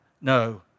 no